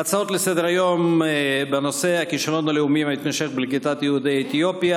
הצעות לסדר-היום בנושא: הכישלון הלאומי המתמשך בקליטת יהודי אתיופיה.